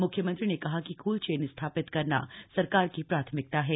म्ख्यमंत्री ने कहा कि कुल चेन स्थापित करना सरकार की प्राथमिकता है